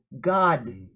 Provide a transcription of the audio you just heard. God